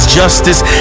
justice